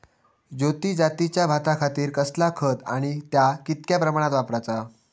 ज्योती जातीच्या भाताखातीर कसला खत आणि ता कितक्या प्रमाणात वापराचा?